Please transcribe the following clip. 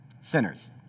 Sinners